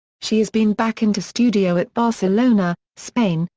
she has been back into studio at barcelona, spain,